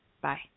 Bye